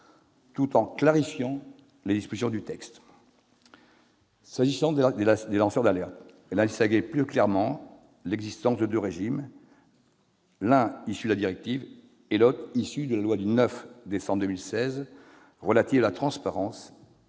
tout en clarifiant certaines des dispositions du texte. S'agissant des lanceurs d'alerte, elle a distingué plus clairement l'existence de deux régimes : l'un, issu de la directive, et l'autre, issu de la loi du 9 décembre 2016 relative à la transparence,